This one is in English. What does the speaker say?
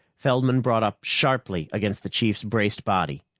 feldman brought up sharply against the chief's braced body.